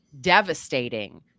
devastating